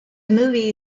movie